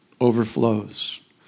overflows